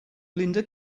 linda